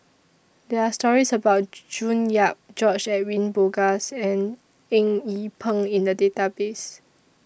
There Are stories about June Yap George Edwin Bogaars and Eng Yee Peng in The Database